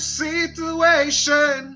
situation